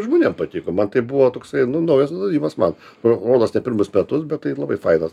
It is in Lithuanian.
žmonėm patiko man tai buvo toksai nu naujas atradimas man ro rodos ne pirmus metus bet tai labai fainas